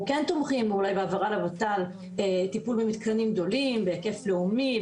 אנחנו כן תומכים אולי בהעברה לות"ל טיפול במתקנים גדולים בהיקף לאומי,